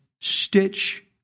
stitch